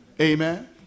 Amen